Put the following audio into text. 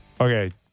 Okay